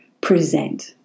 present